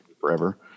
forever